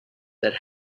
that